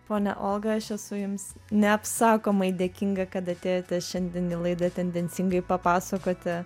ponia olga aš esu jums neapsakomai dėkinga kad atėjote šiandien į laidą tendencingai papasakoti